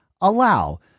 allow